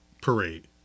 Parade